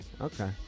okay